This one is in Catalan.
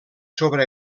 sobre